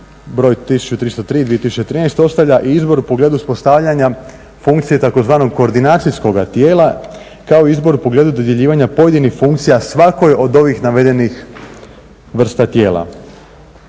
broj 1303/2013 ostavlja i izbor u pogledu uspostavljanja funkcije tzv. koordinacijskoga tijela kao i izbor u pogledu dodjeljivanja pojedinih funkcija svakoj od ovih navedenih vrsta tijela.